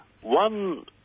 One